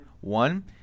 One